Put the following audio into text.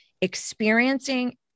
experiencing